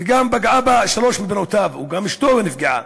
וגם פגעה בשלוש מבנותיו וגם אשתו נפגעה,